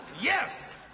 Yes